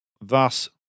thus